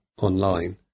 online